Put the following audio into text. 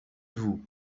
vous